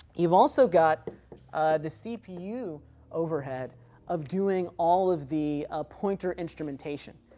you've also got the cpu overhead of doing all of the pointer instrumentation,